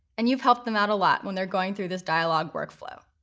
and you've helped them out a lot when they're going through this dialog workflow.